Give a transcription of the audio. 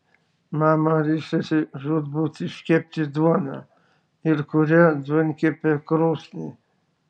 mama ryžtasi žūtbūt iškepti duoną ir kuria duonkepę krosnį